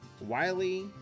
Wiley